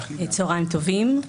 צוהריים טובים.